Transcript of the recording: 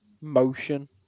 motion